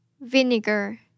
vinegar